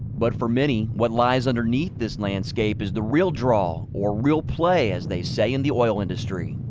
but for many, what lies underneath this landscape is the real draw, or real play as they say in the oil industry.